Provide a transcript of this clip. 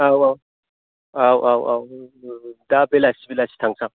औ औ औ औ दा बेलासि बेलासि थांसां औ